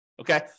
okay